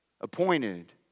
appointed